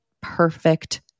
perfect